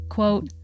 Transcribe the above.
Quote